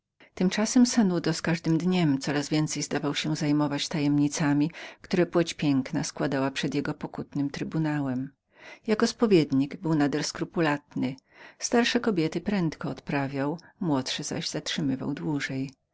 tymczasem sanudo z każdym dniem coraz więcej zdawał się zajmować tajemnicami które płeć piękna składała przed jego pokutnym trybunałem odtąd często zasiadał do spowiedzi niektóre kobiety prędko odprawiał inne zaś zatrzymywał dłużej